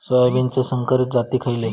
सोयाबीनचे संकरित जाती खयले?